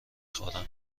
خورم